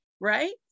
right